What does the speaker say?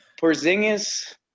Porzingis